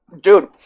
dude